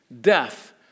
Death